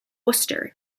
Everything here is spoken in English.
worcester